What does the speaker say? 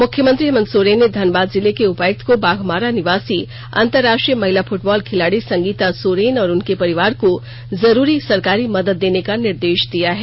मुख्यमंत्री हेमन्त सोरेन ने धनबाद जिले के उपायुक्त को बाघमारा निवासी अंतरराष्ट्रीय महिला फ्टबॉल खिलाड़ी संगीता सोरेन और उनके परिवार को जरूरी सरकारी मदद देने का निर्देश दिया है